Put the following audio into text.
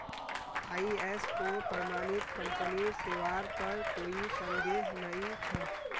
ISO प्रमाणित कंपनीर सेवार पर कोई संदेह नइ छ